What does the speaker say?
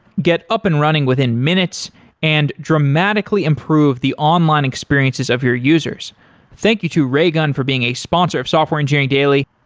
get up and running within minutes and dramatically improve the online experiences of your users thank you to raygun for being a sponsor of software engineering daily.